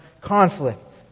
Conflict